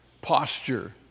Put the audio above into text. posture